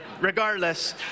regardless